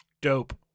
Dope